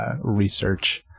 research